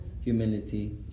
humility